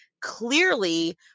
clearly